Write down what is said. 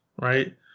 right